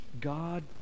God